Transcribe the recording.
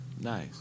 nice